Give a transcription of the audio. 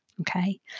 okay